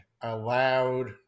allowed